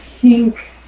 pink